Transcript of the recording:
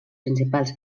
principals